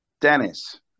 dennis